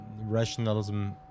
rationalism